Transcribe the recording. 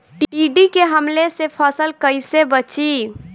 टिड्डी के हमले से फसल कइसे बची?